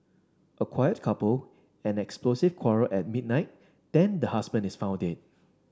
a quiet couple an explosive quarrel at midnight then the husband is found dead